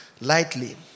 lightly